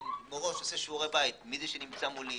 אני עושה שיעורי בית מי נמצא מולי,